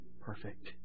perfect